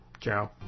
Ciao